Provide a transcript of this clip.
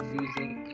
using